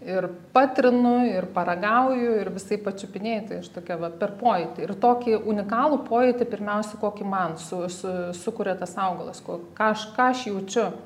ir patrinu ir paragauju ir visaip pačiupinėju tai aš tokia va per pojūtį ir tokį unikalų pojūtį pirmiausia kokį man su su sukuria tas augalas ku kažką aš jaučiu